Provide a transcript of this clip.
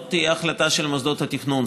זאת תהיה החלטה של מוסדות התכנון,